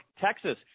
Texas